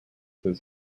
his